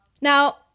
Now